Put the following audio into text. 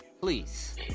please